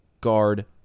guard